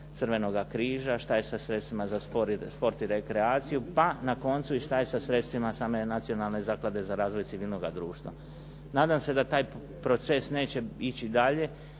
Crvenoga križa, šta je sa sredstvima za sport i rekreaciju, pa na koncu šta je i sa sredstvima same Nacionalne zaklade za razvoj civilnoga društva. Nadam se da taj proces neće ići dalje